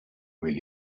will